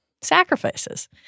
sacrifices